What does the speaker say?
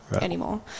anymore